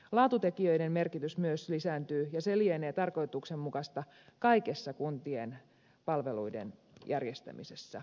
laatutekijöiden merkitys myös lisääntyy ja se lienee tarkoituksenmukaista kaikessa kuntien palveluiden järjestämisessä